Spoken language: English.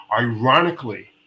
ironically